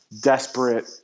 desperate